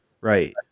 Right